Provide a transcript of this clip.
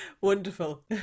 wonderful